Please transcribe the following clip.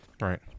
Right